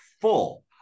full